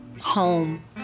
home